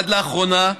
עד לאחרונה,